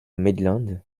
midlands